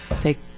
take